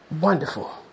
Wonderful